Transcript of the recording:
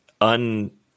un